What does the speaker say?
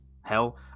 Hell